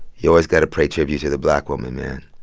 you always got to pay tribute to the black woman, man.